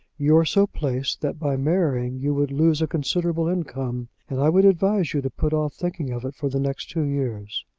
you are so placed that by marrying you would lose a considerable income and i would advise you to put off thinking of it for the next two years.